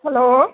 hello